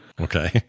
Okay